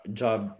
job